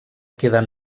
queden